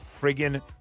Friggin